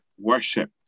worship